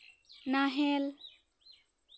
ᱱᱟᱦᱮᱞ